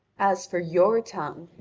as for your tongue,